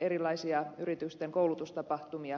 erilaisia yritysten koulutustapahtumia tykytoimintaa